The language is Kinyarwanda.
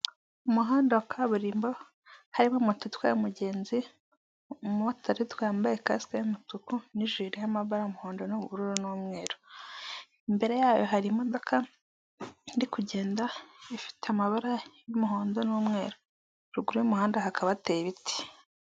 Umuhanda wa kaburimbo harimo moto itwaye umugenzi umumotari, uyitwaye yambaye kasike y'umutuku n'ijuru ririho amabara y'umuhondo n'ubururu n'umweru, imbere yayo hari imodoka iri kugenda ifite amabara y'umuhondo n'umweru ruguru y'umuhanda hakaba hateye ibiti.